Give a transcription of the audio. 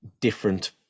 different